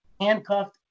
handcuffed